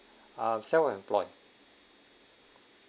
ah self-employed